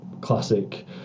classic